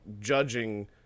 judging